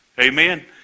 Amen